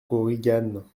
korigane